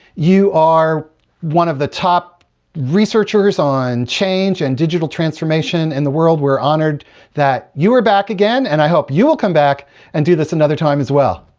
you are one of the top researchers on change and digital transformation in the world. we're honored that you are back again, and i hope you will come back and do this another time as well.